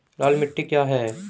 लाल मिट्टी क्या है?